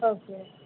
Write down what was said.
okay